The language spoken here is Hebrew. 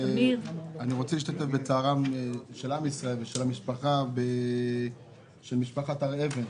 אני רוצה להשתתף בצער של עם ישראל ושל משפחת הר-אבן